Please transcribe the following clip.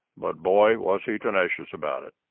but, boy, was he tenacious about it.